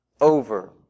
over